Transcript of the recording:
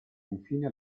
infine